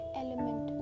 element